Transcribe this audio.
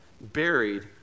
buried